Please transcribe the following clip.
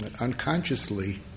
unconsciously